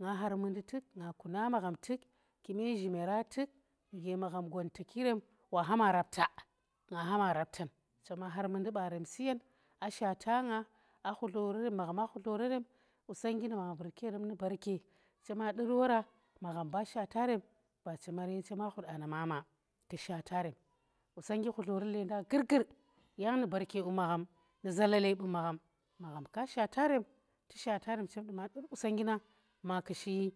nga har mundi tuk nga kuna magham tuk kume zhime ra tukn nuge magham gwantaki rem waha ma rapta nga hama raptan, chema har mundi barem suyen a shata nga a khutorerem magham vurki yerem nu barke chema dur wora magham ba shata rem ba chema yir chema khut anna mama ku shata rem qusongnggi khutlori lenda gurgur yang nu barke chema dur wora magham ba shata rem ba chema yir chema khut anna mama ku shatarem qusongnggi khutlori lenda gurgur yangnu barke bu magham ka shatarem tu shatarem chem duma dur qusongnggina ma kushi